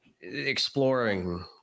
exploring